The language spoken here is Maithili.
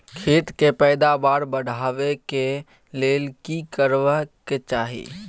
खेत के पैदावार बढाबै के लेल की करबा के चाही?